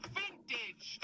vintage